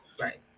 right